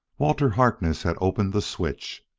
walter harkness had opened the switch.